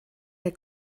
der